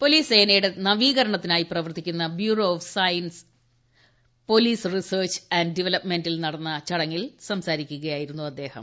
police സേനയുടെ നവീകരണത്തിനായി പ്രവർത്തിക്കുന്ന bureau of police research and ഡവലപ്പ്മെന്റിൽ നടന്ന ചടങ്ങിൽ സംസാരിക്കുകയായിരുന്നു അദ്ദേഹം